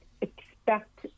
expect